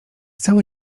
cały